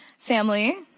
family.